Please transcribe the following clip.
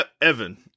Evan